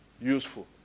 useful